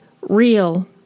real